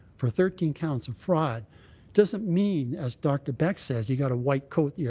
for thirteen counts of fraud doesn't mean, as dr. beck says, you got to white coat, yeah